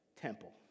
temple